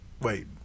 wait